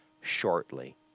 shortly